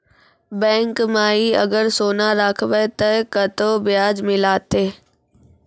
Bank माई अगर सोना राखबै ते कतो ब्याज मिलाते?